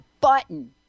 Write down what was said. button